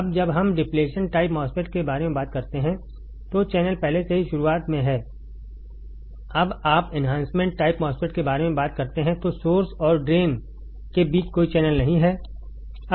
अब जब हम डिप्लेशन टाइप MOSFET के बारे में बात करते हैं तो चैनल पहले से ही शुरुआत में है जब आप एन्हांसमेंट टाइप MOSFET के बारे में बात करते हैं तो सोर्स और ड्रेन के बीच कोई चैनल नहीं है